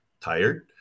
tired